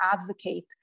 advocate